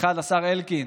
ואחד השר אלקין,